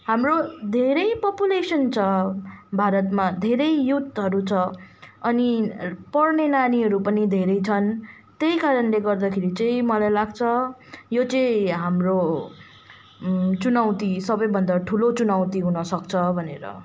हाम्रो धेरै पपुलेसन छ भारतमा धेरै युथहरू छ अनि पढ्ने नानीहरू पनि धेरै छन् त्यही कारणले गर्दाखेरि चाहिँ मलाई लाग्छ यो चाहिँ हाम्रो चुनौती सबैभन्दा ठुलो चुनौती हुनसक्छ भनेर